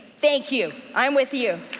thank you, i'm with you.